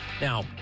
Now